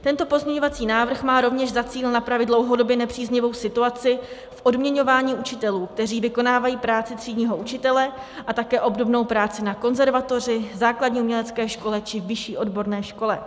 Tento pozměňovací návrh má rovněž za cíl napravit dlouhodobě nepříznivou situaci v odměňování učitelů, kteří vykonávají práci třídního učitele a také obdobnou práci na konzervatoři, základní umělecké škole či vyšší odborné škole.